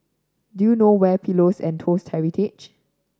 do you know where is Pillows and Toast Heritage